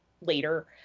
later